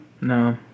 No